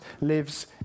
lives